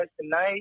tonight